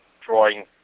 Drawing